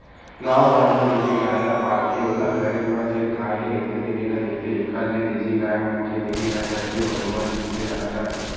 गाँव घर म देसी गाय ल पालथे ओला घरे म जेन खाए के रहिथे तेने ल देथे, एखर ले देसी गाय मन के देहे ह झटके बरोबर दिखथे जादातर